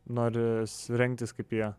noris rengtis kaip jie